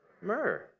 myrrh